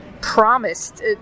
promised